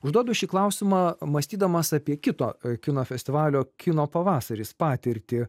užduodu šį klausimą mąstydamas apie kito kino festivalio kino pavasaris patirtį